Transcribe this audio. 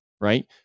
right